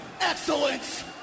excellence